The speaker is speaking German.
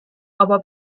aber